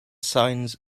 signs